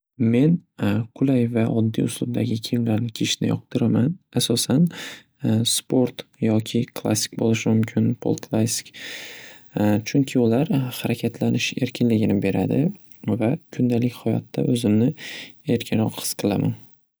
Men qulay va oddiy uslubdagi kiyimlarni kiyishni yoqtiraman. Asosan, sport yoki klassik bo'lishi mumkin. Pol klassik, chunki ular xarakatlanish erkinligini beradi va kundalik hayotda o'zimni erkinroq his qilaman.